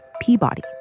Peabody